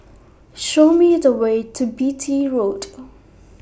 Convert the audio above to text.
Show Me The Way to Beatty Road